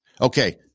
Okay